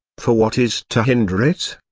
for what is to hinder it?